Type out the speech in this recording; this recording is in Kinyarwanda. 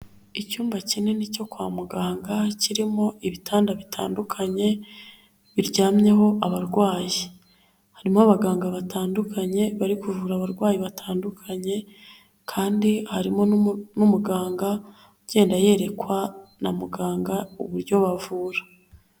Icyumba kinini cyo kwa muganga, kirimo ibitanda bitandukanye, biryamyeho abarwayi. Harimo abaganga batandukanye, bari kuvura abarwayi batandukanye kandi harimo n'umuganga ugenda yerekwa na muganga uburyo bavura.